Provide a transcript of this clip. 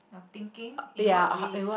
your thinking in what ways